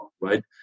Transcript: right